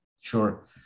Sure